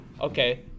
Okay